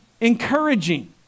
encouraging